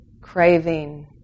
craving